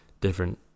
different